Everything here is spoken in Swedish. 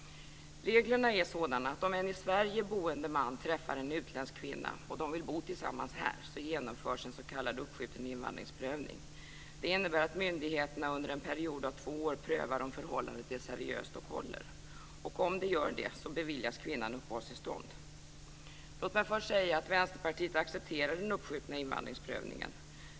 Reglerna är sådana att om en i Sverige boende man träffar en utländsk kvinna och de vill bo tillsammans här, så genomförs en s.k. uppskjuten invandringsprövning. Det innebär att myndigheterna under en period av två år prövar om förhållandet är seriöst och håller. Om det gör det beviljas kvinnan uppehållstillstånd. Låt mig först säga att Vänsterpartiet accepterar den uppskjutna invandringsprövningen.